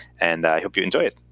and i hope you enjoy it.